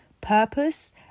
purpose